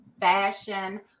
fashion